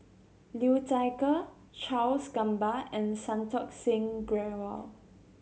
Liu Thai Ker Charles Gamba and Santokh Singh Grewal